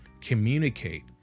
communicate